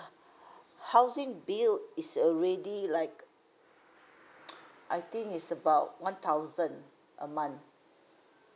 housing bill is already like I think is about one thousand a month